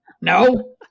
no